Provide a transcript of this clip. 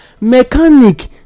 Mechanic